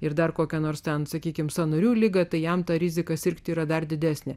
ir dar kokia nors ten sakykime sąnarių liga tai jam ta rizika sirgti yra dar didesnė